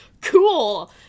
Cool